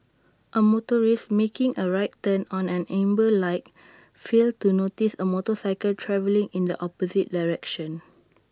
A motorist making A right turn on an amber light failed to notice A motorcycle travelling in the opposite direction